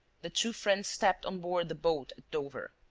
the two friends stepped on board the boat at dover.